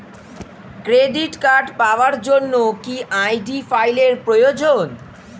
Credit card পাওয়ার জন্য কি আই.ডি ফাইল এর প্রয়োজন?